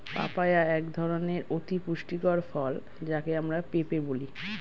papaya এক ধরনের অতি পুষ্টিকর ফল যাকে আমরা পেঁপে বলি